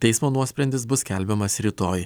teismo nuosprendis bus skelbiamas rytoj